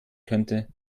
könnte